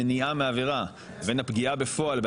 מניעה מעבירה בין הפגיעה בפועל,